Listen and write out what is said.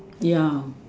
ya